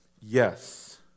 Yes